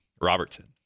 Robertson